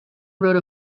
wrote